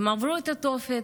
הן עברו את התופת,